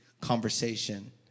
conversation